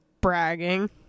bragging